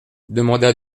demanda